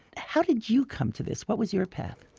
how did you come to this? what was your path?